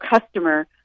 customer